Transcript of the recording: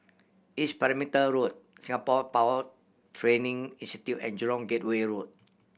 East Perimeter Road Singapore Power Training Institute and Jurong Gateway Road